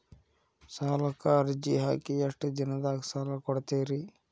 ಸಾಲಕ ಅರ್ಜಿ ಹಾಕಿ ಎಷ್ಟು ದಿನದಾಗ ಸಾಲ ಕೊಡ್ತೇರಿ?